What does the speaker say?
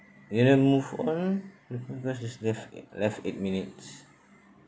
you move on it because it's left e~ left eight minutes